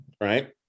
right